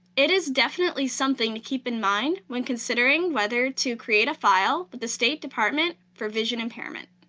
it is definitely something to keep in mind when considering whether to create a file with the state department for vision impairment.